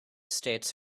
states